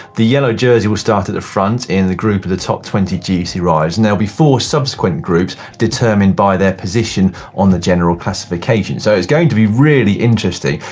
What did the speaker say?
the yellow jersey will start at the front in the group of the top twenty gc riders and there'll be four subsequent groups determined by their position on the general classification. so it's going to be really interesting.